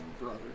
Brother